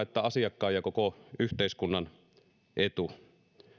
että asiakkaan ja koko yhteiskunnan etu